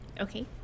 Okay